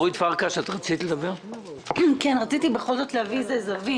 רציתי בכל זאת להביא איזו זווית.